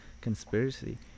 conspiracy